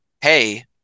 Hey